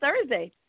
Thursday